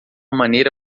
maneira